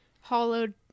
hollowed